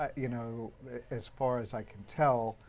ah you know as far as i can tell,